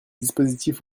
dispositifs